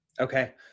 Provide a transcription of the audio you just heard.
Okay